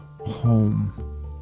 home